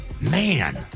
man